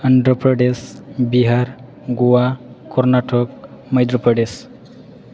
Andhra Pradesh Bihar Goa Karnataka Madhya Pradesh